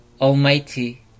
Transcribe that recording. Almighty